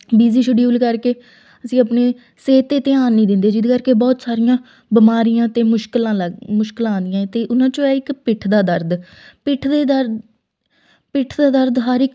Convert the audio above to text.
busy schedule ਕਰਕੇ ਅਸੀਂ ਆਪਣੇ ਸਿਹਤ 'ਤੇ ਧਿਆਨ ਨਹੀਂ ਦਿੰਦੇ ਜਿਹਦੇ ਕਰਕੇ ਬਹੁਤ ਸਾਰੀਆਂ ਬਿਮਾਰੀਆਂ ਅਤੇ ਮੁਸ਼ਕਲਾਂ ਲੱਗ ਮੁਸ਼ਕਲਾਂ ਆਉਂਦੀਆਂ ਹੈ ਅਤੇ ਉਹਨਾਂ 'ਚੋਂ ਇੱਕ ਪਿੱਠ ਦਾ ਦਰਦ ਪਿੱਠ ਦੇ ਦਰ ਪਿੱਠ ਦਾ ਦਰਦ ਹਰ ਇੱਕ